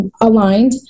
aligned